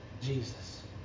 Jesus